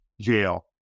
jail